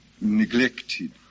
neglected